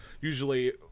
usually